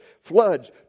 floods